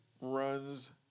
runs